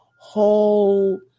whole